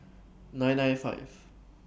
nine nine five